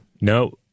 no